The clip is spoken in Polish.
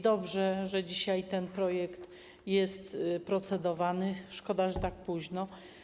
Dobrze, że dzisiaj ten projekt jest procedowany, szkoda, że tak późno.